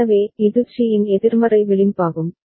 எனவே இது சி இன் எதிர்மறை விளிம்பாகும்